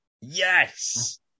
Yes